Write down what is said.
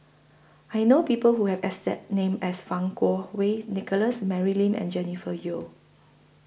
I know People Who Have exact name as Fang Kuo Wei Nicholas Mary Lim and Jennifer Yeo